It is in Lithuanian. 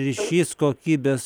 ryšys kokybės